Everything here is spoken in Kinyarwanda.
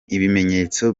ibimenyetso